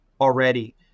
already